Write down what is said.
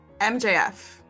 MJF